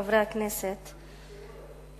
חברי הכנסת,